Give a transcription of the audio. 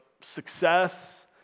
success